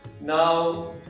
Now